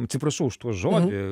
atsiprašau už tuo žodį